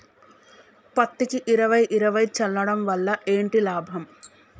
పత్తికి ఇరవై ఇరవై చల్లడం వల్ల ఏంటి లాభం?